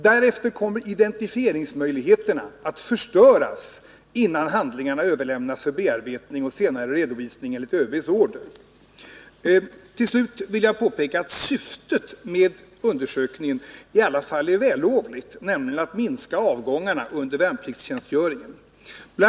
Därefter kommer identifieringsmöjligheterna att förstöras innan handlingarna överlämnas för bearbetning och senare redovisning enligt ÖB:s order. Till sist vill jag påpeka att syftet med undersökningen i alla fall är vällovligt, nämligen att minska avgångarna under värnpliktstjänstgöringen. Bl.